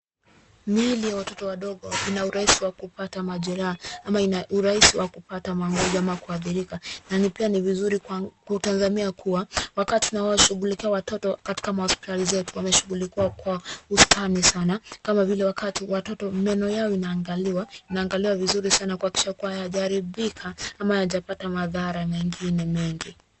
Miili ya watoto wadogo ina urahisi wa kupata majeraha, ama ina urahisi wa kupata magonjwa ama kuadhirika. Na ni pia ni vizuri, kutazamia kuwa, wakati tunawashughulikia watoto katika mahospitali zetu wameshughulikiwa kwa ustani sana. Kama vile wakati watoto, meno yao inaangaliwa, inaangaliwa vizuri sana ,kuhakikisha kuwa hayaja haribika ama hayajapata madhara mengine mengi .